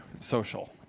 social